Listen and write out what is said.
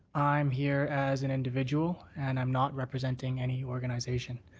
i'm here as an individual and i'm not representing any organization.